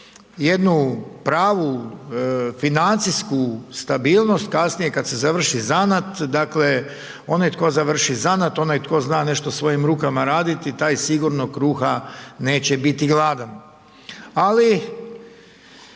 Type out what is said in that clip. jednu pravu financijsku stabilnost kasnije kada se završi zanat. Dakle onaj tko završi zanat, onaj tko zna nešto svojim rukama raditi taj sigurno kruha neće biti gladan. Ali